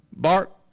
Bart